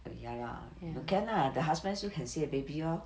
err ya lah can lah the husband still can see the baby lor